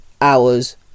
hours